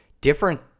different